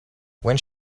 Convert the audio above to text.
when